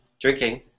drinking